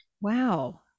Wow